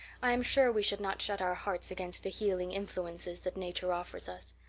i am sure we should not shut our hearts against the healing influences that nature offers us.